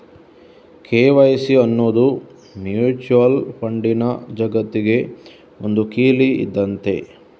KYC ಅನ್ನುದು mutual ಫಂಡಿನ ಜಗತ್ತಿಗೆ ಒಂದು ಕೀಲಿ ಇದ್ದಂತೆ